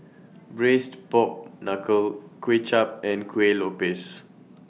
Braised Pork Knuckle Kuay Chap and Kuih Lopes